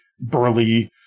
burly